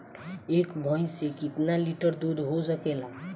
एक भइस से कितना लिटर दूध हो सकेला?